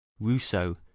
rousseau